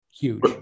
huge